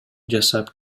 жасап